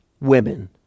women